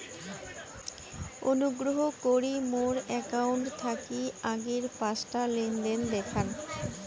অনুগ্রহ করি মোর অ্যাকাউন্ট থাকি আগের পাঁচটা লেনদেন দেখান